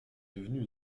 devenue